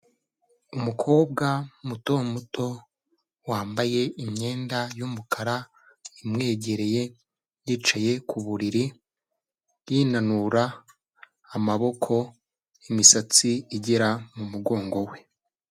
Umukobwa muto muto, wambaye imyenda y'umukara imwegereye, yicaye ku buriri, yinanura amaboko, imisatsi igera mu mugongo we.